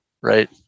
right